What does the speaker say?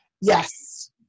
Yes